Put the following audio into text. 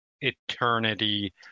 eternity